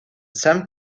some